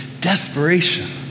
desperation